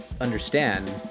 understand